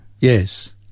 Yes